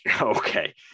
okay